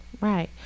Right